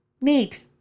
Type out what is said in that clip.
Neat